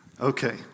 Okay